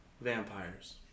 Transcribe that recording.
vampires